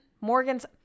Morgan's